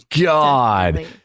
God